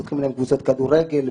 פותחים להם קבוצות כדורגל.